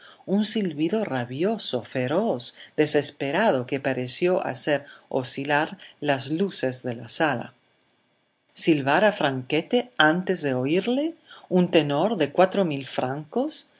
un silbido rabioso feroz desesperado que pareció hacer oscilar las luces de la sala silbar a franchetti antes de oírle un tenor de cuatro mil francos